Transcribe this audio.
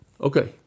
Okay